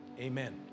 Amen